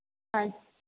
हाँ